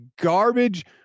garbage